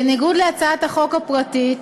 בניגוד להצעת החוק הפרטית,